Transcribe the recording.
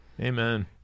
amen